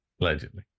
Allegedly